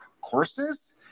courses